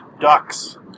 ducks